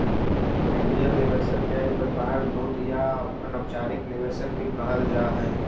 angel निवेशक के व्यापार दूत या अनौपचारिक निवेशक भी कहल जा हई